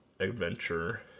adventure